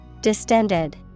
distended